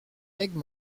aigues